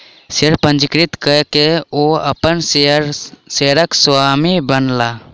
share पंजीकृत कय के ओ अपन शेयरक स्वामी बनला